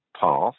path